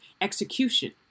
execution